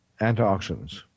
antioxidants